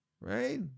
Right